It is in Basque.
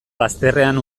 bazterrean